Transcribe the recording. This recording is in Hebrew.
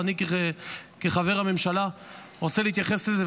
ואני כחבר הממשלה רוצה להתייחס לזה,